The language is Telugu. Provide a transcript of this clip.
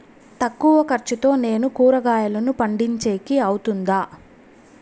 తక్కువ ఖర్చుతో నేను కూరగాయలను పండించేకి అవుతుందా?